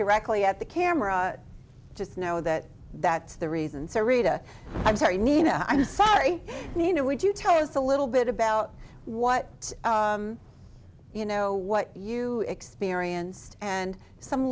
directly at the camera just know that that's the reason so rita i'm sorry nina i'm sorry you know would you tell us a little bit about what you know what you experienced and some